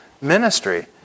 ministry